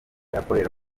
akorera